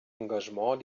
engagement